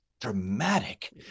dramatic